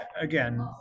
again